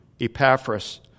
Epaphras